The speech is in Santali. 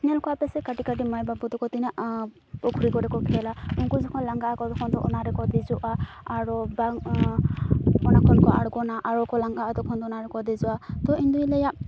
ᱧᱮᱞ ᱠᱚᱣᱟ ᱯᱮᱥᱮ ᱠᱟᱹᱴᱤᱡ ᱠᱟᱹᱴᱤᱡ ᱢᱟᱹᱭ ᱵᱟᱹᱵᱩ ᱛᱟᱠᱚ ᱛᱤᱱᱟᱹᱜ ᱯᱩᱠᱷᱤᱨᱤ ᱠᱚᱨᱮ ᱠᱚ ᱠᱷᱮᱞᱟ ᱩᱱᱠᱩ ᱡᱚᱠᱷᱚᱱ ᱞᱟᱜᱟᱜ ᱟᱠᱚ ᱛᱚᱠᱷᱚᱱ ᱫᱚ ᱚᱱᱟ ᱨᱮᱠᱚ ᱫᱮᱡᱚᱜᱼᱟ ᱟᱨᱚ ᱵᱟᱝ ᱚᱱᱟ ᱠᱷᱚᱱ ᱠᱚ ᱟᱬᱜᱚᱱᱟ ᱟᱨᱚ ᱞᱟᱜᱟᱜᱼᱟ ᱛᱚᱠᱷᱚᱱ ᱫᱚ ᱚᱱᱟ ᱨᱮᱠᱚ ᱫᱮᱡᱚᱜᱼᱟ ᱛᱚ ᱤᱧ ᱫᱩᱧ ᱞᱟᱹᱭᱟ